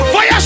Fire